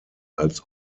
als